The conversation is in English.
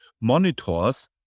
monitors